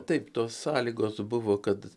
taip tos sąlygos buvo kad